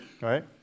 Right